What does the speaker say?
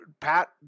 Pat